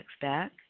back